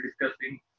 discussing